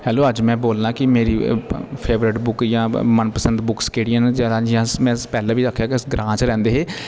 hello अज्ज मै बोलना की मेरी फेवरेट जां मनपसंद बुक्स केह्डियां न मै पैह्ला बी आखेया अस ग्रां च रैह्ंदे हे